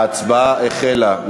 ההצבעה החלה.